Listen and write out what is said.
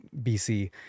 BC